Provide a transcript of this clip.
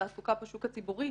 תעסוקה בשוק הציבורי,